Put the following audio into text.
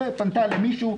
פנתה למישהו,